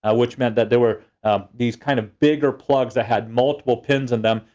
ah which meant that there were these kind of bigger plugs that had multiple pins in them.